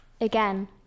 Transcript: Again